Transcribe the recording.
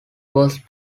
was